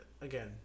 again